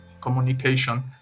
communication